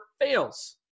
fails